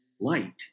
light